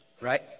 right